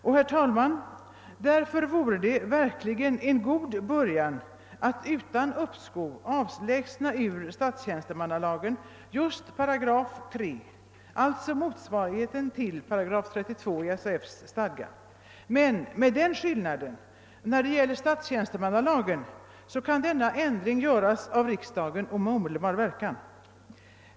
Därför vore det, herr talman, verkligen en god början att utan uppskov avlägsna ur statstjänstemannalagen just 3 §, alltså motsvarigheten till § 32 i SAF:s stadgar. Skillnaden är att när det gäller statstjänstemannalagen kan ändringen göras av riksdagen och med omedelbar verkan.